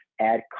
add